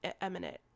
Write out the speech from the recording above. eminent